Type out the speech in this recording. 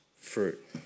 fruit